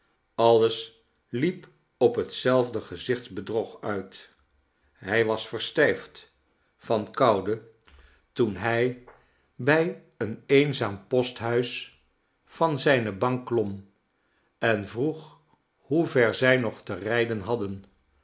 alles liepophetzelfde gezichtsbedrog uit hij was verstijfd van koude toen hij bij een eenzaam posthuis van zijne bank klom en vroeg hoever zij nog te rijden hadden